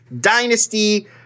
dynasty